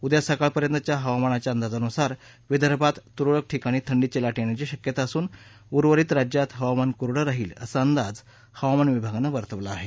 उद्या सकाळपर्यंतच्या हवामानाच्या अंदाजानुसार विदर्भात तुरळक ठिकाणी थंडीची लाट येण्याची शक्यता असून उर्वरित राज्यात हवामान कोरडं राहील असा अंदाज हवामान विभागानं वर्तवला आहे